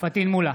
פטין מולא,